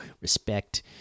respect